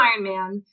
Ironman